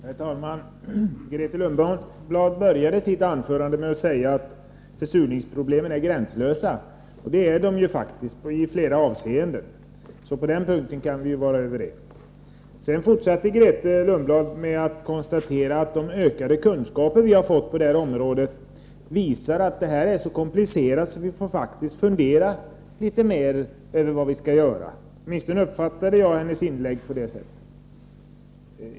Herr talman! Grethe Lundblad började sitt anförande med att säga att försurningsproblemen är gränslösa. Det är de faktiskt i flera avseenden, så på den punkten kan vi vara överens. Grethe Lundblad fortsatte med att konstatera att de ökade kunskaper vi har fått på detta område visar att dessa problem är så komplicerade att vi får fundera litet mer över vad vi skall göra. Jag uppfattade åtminstone hennes inlägg på det sättet.